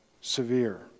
severe